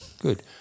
Good